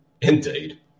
Indeed